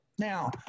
Now